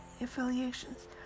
affiliations